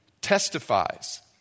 testifies